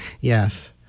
Yes